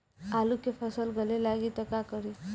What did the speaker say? आलू के फ़सल गले लागी त का करी?